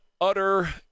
utter